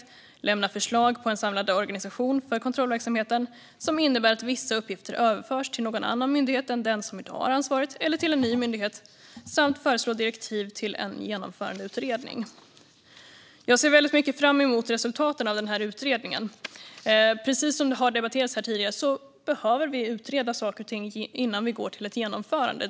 Utredaren ska slutligen lämna förslag på en samlad organisation för kontrollverksamheten som innebär att vissa uppgifter överförs till någon annan myndighet än den som i dag har ansvaret eller till en ny myndighet samt föreslå direktiv till en genomförandeutredning. Jag ser väldigt mycket fram emot resultaten av utredningen. Precis som det har debatterats här tidigare behöver vi utreda saker och ting innan vi går till ett genomförande.